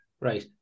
Right